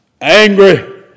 angry